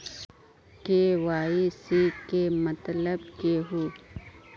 KYC के मतलब केहू?